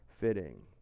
fitting